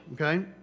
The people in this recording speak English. okay